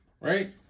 right